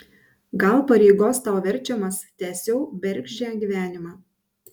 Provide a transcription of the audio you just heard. gal pareigos tau verčiamas tęsiau bergždžią gyvenimą